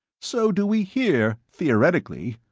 so do we here theoretically.